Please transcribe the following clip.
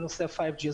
בנושא ה-5G.